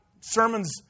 sermons